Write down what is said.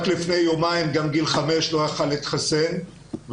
רק לפני יומיים גם גיל 5 לא היה יכול להתחסן ואכן